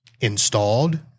installed